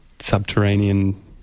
subterranean